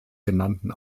genannten